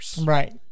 right